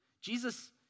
Jesus